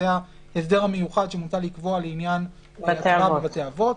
זה ההסדר המיוחד שמוצע לקבוע לעניין הצבעה בבתי אבות.